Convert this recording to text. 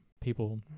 people